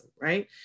right